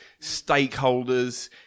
stakeholders